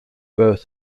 both